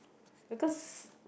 because